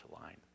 line